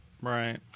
Right